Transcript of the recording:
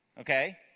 okay